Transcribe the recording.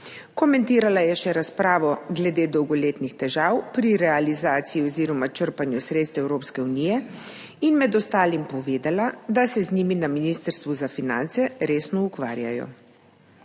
Komentirala je še razpravo glede dolgoletnih težav pri realizaciji oziroma črpanju sredstev Evropske unije in med ostalim povedala, da se z njimi na Ministrstvu za finance resno ukvarjajo.